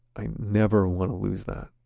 i never want to lose that.